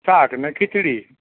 શાક ને ખીચડી